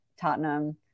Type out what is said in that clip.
Tottenham